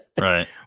Right